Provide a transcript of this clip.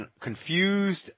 confused